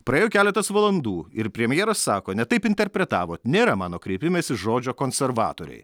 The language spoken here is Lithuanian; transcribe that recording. praėjo keletas valandų ir premjeras sako ne taip interpretavot nėra mano kreipimesi žodžio konservatoriai